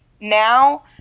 Now